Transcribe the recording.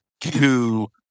two